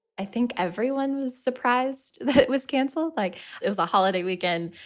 i think everyone was surprised that it was canceled like it was a holiday weekend.